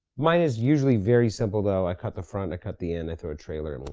mine is usually very simple though. i cut the front, i cut the end, i throw a trailer but